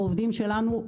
העובדים שלנו,